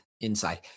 inside